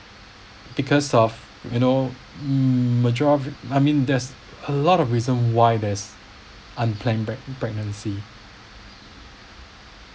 because of you know majority I mean there's a lot of reason why there's unplanned pregnant pregnancy